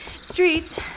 streets